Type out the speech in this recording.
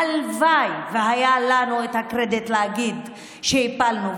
הלוואי שהיה לנו את הקרדיט להגיד שהפלנו.